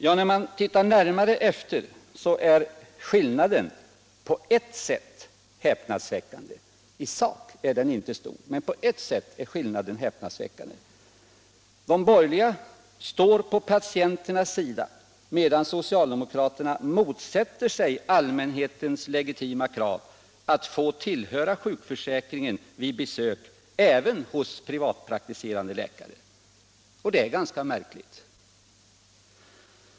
Ja, när man tittar närmare efter är skillnaden på ett sätt häpnadsväckande — i sak är den inte stor. De borgerliga står på patienternas sida, medan socialdemokraterna motsätter sig allmänhetens legitima krav att få tillhöra sjukförsäkringen även vid besök hos privatpraktiserande läkare. Det är ganska märkligt.